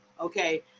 okay